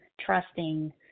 trusting